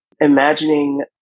imagining